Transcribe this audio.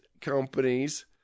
companies